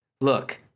Look